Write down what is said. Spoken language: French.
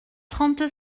trente